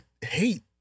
hate